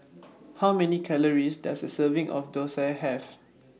How Many Calories Does A Serving of Thosai Have